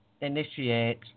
initiate